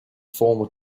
former